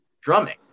drumming